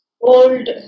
old